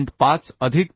5 अधिक 13